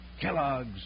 Kellogg's